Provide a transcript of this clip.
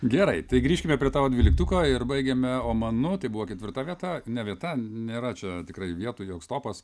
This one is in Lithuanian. gerai tai grįžkime prie tavo dvyliktuko ir baigėme omanu tai buvo ketvirta vieta ne vieta nėra čia tikrai vietų joks topas